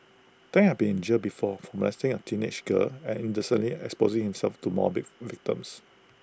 Tang had been in jail before for molesting A teenage girl and indecently exposing himself to more V victims